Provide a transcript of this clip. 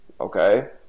Okay